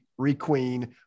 requeen